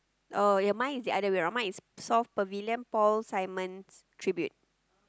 oh ya mine is the other way round mine is soft Pavilion Paul Simon's tribute